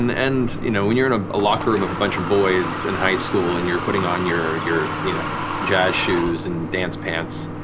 and and you know when you're in ah a locker room of a bunch of boys in high school and you're putting on your your you know jazz shoes and dance pants,